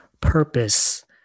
purpose